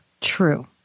true